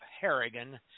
Harrigan